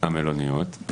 המלוניות,